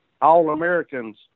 All-Americans